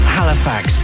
Halifax